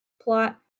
plot